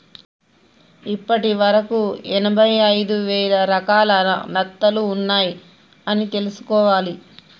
ఇప్పటి వరకు ఎనభై ఐదు వేల రకాల నత్తలు ఉన్నాయ్ అని తెలుసుకోవాలి